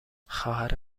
خواهر